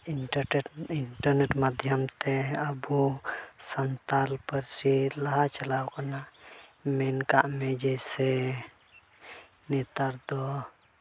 ᱤᱱᱴᱟᱨᱴᱮᱴ internet ᱢᱟᱫᱫᱷᱚᱢ ᱛᱮ ᱟᱵᱚ ᱥᱟᱱᱛᱟᱲ ᱯᱟᱹᱨᱥᱤ ᱞᱟᱦᱟ ᱪᱟᱞᱟᱣ ᱠᱟᱱᱟ ᱢᱮᱱ ᱠᱟᱜ ᱢᱮ ᱡᱮᱭᱥᱮ ᱱᱮᱛᱟᱨ ᱫᱚ